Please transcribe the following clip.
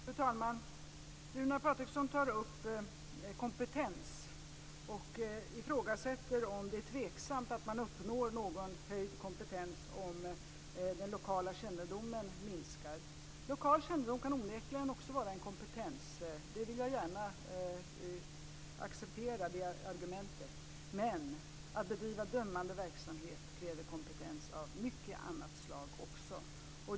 Fru talman! Runar Patriksson tar upp kompetens och ifrågasätter om man uppnår någon höjd kompetens om den lokala kännedomen minskar. Lokal kännedom kan onekligen också vara en kompetens. Det argumentet vill jag gärna acceptera. Men att bedriva dömande verksamhet kräver kompetens av mycket annat slag också.